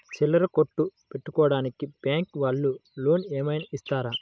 చిల్లర కొట్టు పెట్టుకోడానికి బ్యాంకు వాళ్ళు లోన్ ఏమైనా ఇస్తారా?